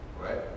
right